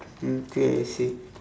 mm K I see